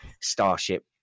Starship